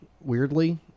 weirdly